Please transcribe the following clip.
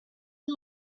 and